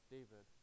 David